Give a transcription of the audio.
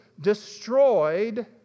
destroyed